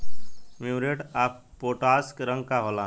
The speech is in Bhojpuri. म्यूरेट ऑफपोटाश के रंग का होला?